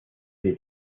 hier